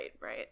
right